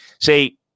See